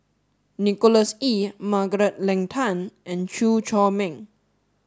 Nicholas Ee Margaret Leng Tan and Chew Chor Meng